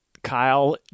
Kyle